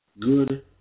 good